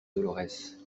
dolorès